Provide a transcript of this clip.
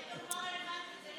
זה לא רלוונטי.